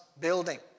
building